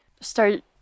start